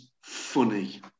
funny